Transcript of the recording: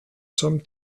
some